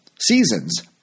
seasons